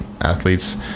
athletes